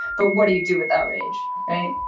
but what do you do with that rage, right?